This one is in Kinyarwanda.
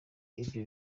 ibyo